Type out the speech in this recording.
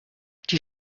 die